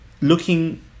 Looking